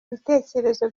bitekerezo